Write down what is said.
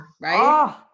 Right